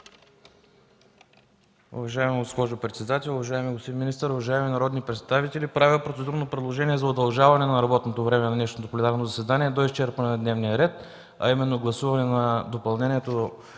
Уважаема госпожо председател, уважаеми господин министър, уважаеми народни представители! Правя процедурно предложение за удължаване на пленарното ни заседание до изчерпване на дневния ред, а именно гласуване на допълнението